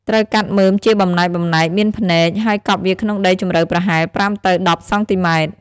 ត្រូវកាត់មើមជាបំណែកៗ មានភ្នែក ហើយកប់វាក្នុងដីជម្រៅប្រហែល ៥ ទៅ ១០ សង់ទីម៉ែត្រ។